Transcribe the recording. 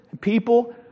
people